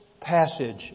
Passage